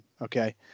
okay